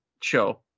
show